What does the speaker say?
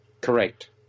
Correct